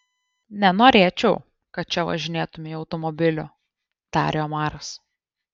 nenorėčiau kad čia važinėtumei automobiliu tarė omaras